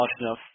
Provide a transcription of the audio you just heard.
enough